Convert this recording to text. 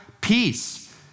peace